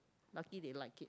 lucky they like it